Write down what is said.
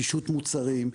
פישוט מוצרים,